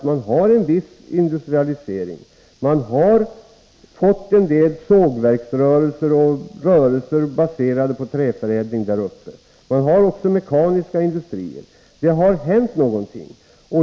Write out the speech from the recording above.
Man har en viss industrialisering, man har fått en del sågverksrörelser och rörelser baserade på träförädling. Man har också mekaniska industrier. Det har hänt någonting.